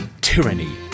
Tyranny